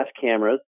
cameras